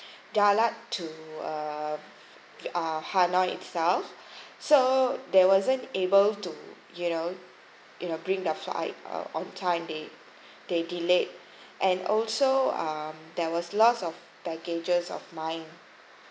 dalat to uh uh hanoi itself so they wasn't able to you know you know bring the flight on time they they delayed and also uh there was loss of baggages of mine